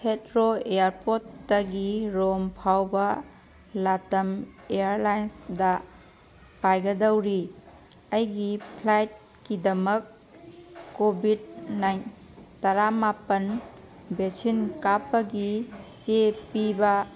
Heathrow ꯏꯌꯥꯔꯄꯣꯔ꯭ꯇꯇꯒꯤ Rome ꯐꯥꯎꯕ ꯂꯥꯇꯝ ꯏꯌꯥꯔꯂꯥꯏꯟꯁꯇ ꯄꯥꯏꯒꯗꯧꯔꯤ ꯑꯩꯒꯤ ꯐ꯭ꯂꯥꯏꯠꯀꯤꯗꯃꯛ ꯀꯣꯚꯤꯗ ꯇꯔꯥꯃꯥꯄꯜ ꯕꯦꯛꯁꯤꯟ ꯀꯥꯞꯄꯒꯤ ꯆꯦ ꯄꯤꯕ